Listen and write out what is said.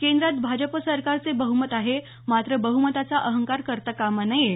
केंद्रात भाजप सरकारचे बह्मत आहे मात्र बह्मताचा अहंकार करता कामा नये